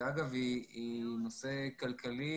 אגב, זה נושא כלכלי.